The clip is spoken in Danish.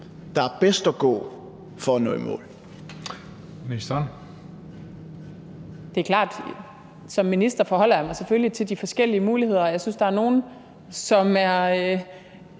der er bedst at gå for at nå i mål?